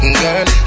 girl